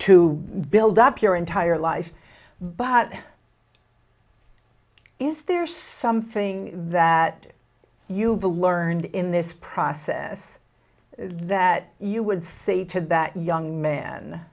to build up your entire life but is there something that you've learned in this process that you would say to that young man